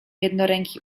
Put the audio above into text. jednoręki